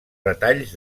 retalls